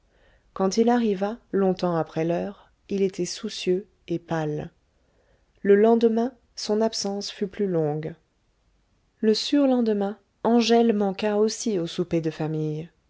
quand il arriva longtemps après l'heure il était soucieux et pâle le lendemain son absence fut plus longue le surlendemain angèle manqua aussi au souper de famille